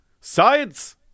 Science